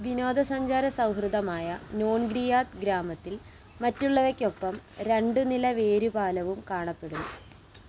വിനോദസഞ്ചാര സൗഹൃദമായ നോൻഗ്രിയാത് ഗ്രാമത്തിൽ മറ്റുള്ളവയ്ക്കൊപ്പം രണ്ടുനില വേരുപാലവും കാണപ്പെടുന്നു